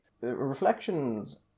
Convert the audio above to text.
Reflections